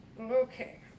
Okay